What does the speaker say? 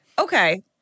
Okay